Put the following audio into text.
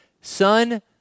son